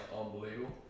unbelievable